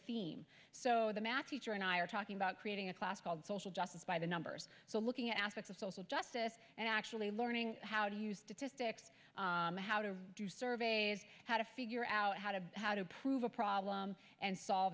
theme so the math teacher and i are talking about creating a class called social justice by the numbers so looking aspects of social justice and actually learning how to use statistics how to do surveys how to figure out how to how to prove a problem and s